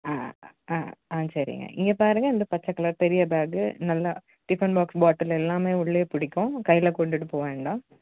ஆ ஆ ஆ சரிங்க இங்கே பாருங்க இந்த பச்சை கலர் பெரிய பேக்கு நல்லா டிஃபன் பாக்ஸ் பாட்டில் எல்லாமே உள்ளேயே பிடிக்கும் கையில் கொண்டுகிட்டு போக வேண்டாம்